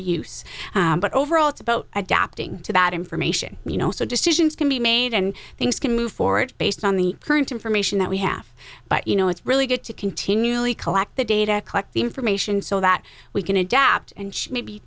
use but overall it's about adapting to that information you know so decisions can be made and things can move forward based on the current information that we have but you know it's really good to continually collect the data collect the information so that we can adapt and maybe